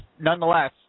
nonetheless